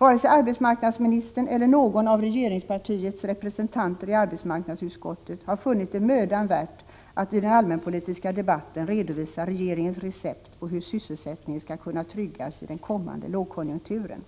Vare sig arbetsmarknadsministern eller någon av regeringspartiets representanter i arbetsmarknadsutskottet har funnit det mödan värt att i den allmänpolitiska debatten redovisa regeringens recept för hur sysselsättningen skall tryggas i den kommande lågkonjunkturen.